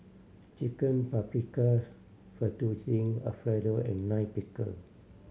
Chicken Paprikas Fettuccine Alfredo and Lime Pickle